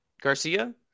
Garcia